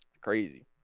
Crazy